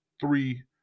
three